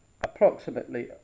approximately